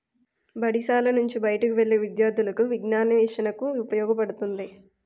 బడిశాల నుంచి బయటకు వెళ్లే విద్యార్థులకు విజ్ఞానాన్వేషణకు ఉపయోగపడుతుంది